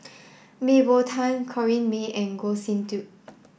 Mah Bow Tan Corrinne May and Goh Sin Tub